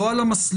לא על המסלול,